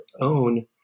own